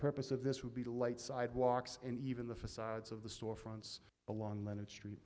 purpose of this would be to light sidewalks and even the facades of the storefronts along leonard street